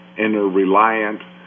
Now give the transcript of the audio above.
interreliant